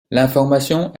l’information